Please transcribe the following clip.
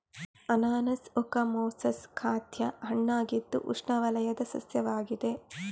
ಅನಾನಸ್ ಓಕಮೊಸಸ್ ಖಾದ್ಯ ಹಣ್ಣಾಗಿದ್ದು ಉಷ್ಣವಲಯದ ಸಸ್ಯವಾಗಿದೆ